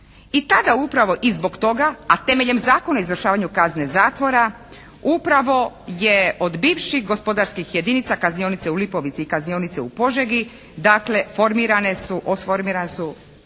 I tada upravo i zbog toga, a temeljem Zakona o izvršavanju kazne zatvora upravo je od bivših gospodarskih jedinica kaznionice u Lipovici i kaznionice u Požegi dakle formirana su